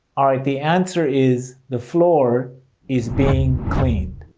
alright. the answer is the floor is being cleaned.